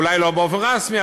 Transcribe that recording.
אולי לא באופן רשמי,